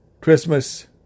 Christmas